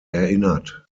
erinnert